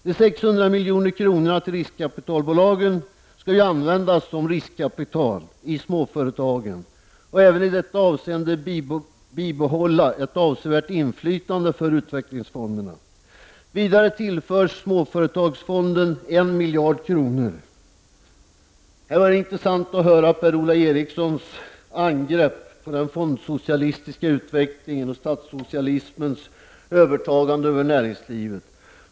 De 600 milj.kr. till riskkapitalbolagen skall ju användas som riskkapital i småföretagen, och även i detta avseende bibehålls ett avsevärt infly tande för utvecklingsfonderna. Vidare tillförs småföretagsfonden en miljard kronor. Här var det intressant att höra Per-Ola Erikssons angrepp på den fondsocialistiska utvecklingen och statssocialismens övertagande av näringslivet.